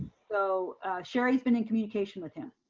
so sherri has been in communication with him.